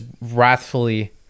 wrathfully